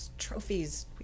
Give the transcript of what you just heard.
trophies